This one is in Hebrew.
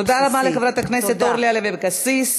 תודה רבה לחברת הכנסת אורלי לוי אבקסיס.